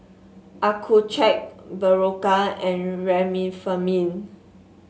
Accucheck Berocca and Remifemin